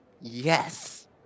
Yes